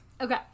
Okay